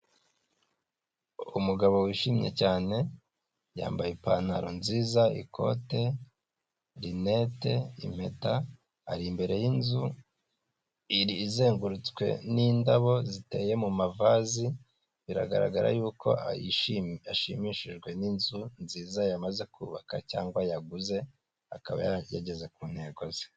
Umugabo wishimye cyane yambaye ipantaro nziza, ikote, rinete, impeta, ari imbere y'inzu izengurutswe n'indabo ziteye mu mavazi biragaragara yuko ashimishijwe n'inzu nziza yamaze kubaka cyangwa yaguze akaba yageze ku ntego ze.